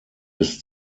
bis